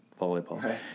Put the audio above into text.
volleyball